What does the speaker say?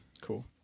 cool